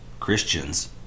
Christians